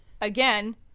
Again